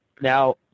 Now